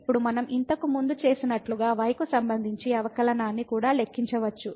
ఇప్పుడు మనం ఇంతకుముందు చేసినట్లుగా y కు సంబంధించి అవకలనాన్ని కూడా లెక్కించవచ్చు